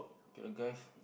okay lah guys